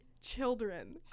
children